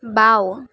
বাঁও